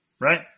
Right